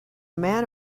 man